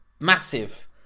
massive